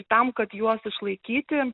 tam kad juos išlaikyti